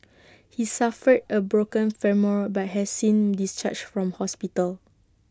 he suffered A broken femur but has since discharged from hospital